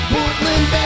Portland